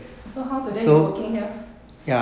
so how today you working here